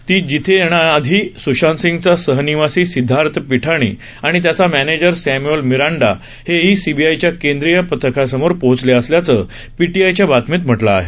ती तिथे येण्याआधी स्शांतसिंगचा सहनिवासी सिदधार्थ पिटाणी आणि त्याचा मव्वेजर सष्ट्यूअल मिरांडा हेही सीबीआयच्या केंद्रिय पथकासमोर पोहोचले असल्याचं पीटीआयच्या बातमीत म्हटलं आहे